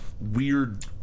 Weird